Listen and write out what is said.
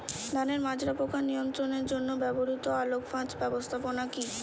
ধানের মাজরা পোকা নিয়ন্ত্রণের জন্য ব্যবহৃত আলোক ফাঁদ ব্যবস্থাপনা কি?